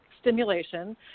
stimulation